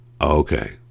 Okay